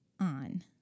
on